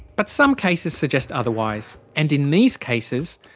but some cases suggest otherwise. and in these cases,